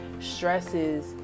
stresses